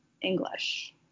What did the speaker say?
English